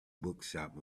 bookshop